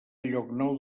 llocnou